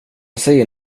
säger